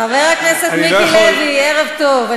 חבר הכנסת מיקי לוי, ערב טוב.